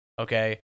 Okay